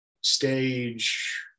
stage